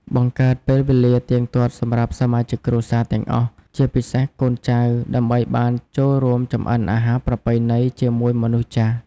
បង្កើតពេលវេលាទៀងទាត់សម្រាប់សមាជិកគ្រួសារទាំងអស់ ជាពិសេសកូនចៅ ដើម្បីបានចូលរួមចម្អិនអាហារប្រពៃណីជាមួយមនុស្សចាស់។